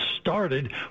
started